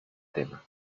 tema